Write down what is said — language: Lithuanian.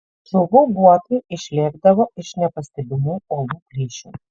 žuvų guotai išlėkdavo iš nepastebimų uolų plyšių